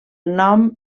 nom